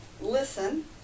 listen